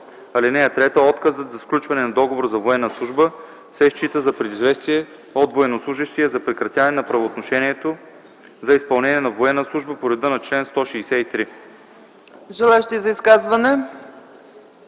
срок. (3) Отказът за сключване на договор за военна служба се счита за предизвестие от военнослужещия за прекратяване на правоотношението за изпълнение на военна служба по реда на чл. 163.” ПРЕДСЕДАТЕЛ